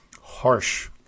harsh